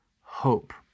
hope